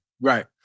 Right